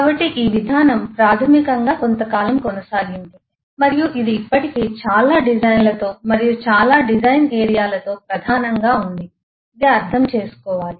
కాబట్టి ఈ విధానం ప్రాథమికంగా కొంతకాలంగా కొనసాగింది మరియు ఇది ఇప్పటికీ చాలా డిజైన్ల తో మరియు చాలా డిజైన్ ప్రాంతాలతో ప్రధానంగా ఉంది మరియు అర్థం చేసుకోవాలి